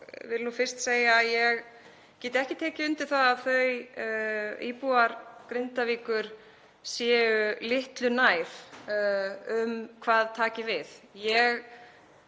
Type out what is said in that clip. og vil fyrst segja að ég geti ekki tekið undir það að íbúar Grindavíkur séu litlu nær um hvað taki við. Ég